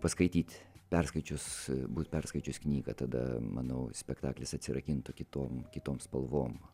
paskaityt perskaičius būt perskaičius knygą tada manau spektaklis atsirakintų kitom kitom spalvom